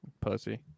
Pussy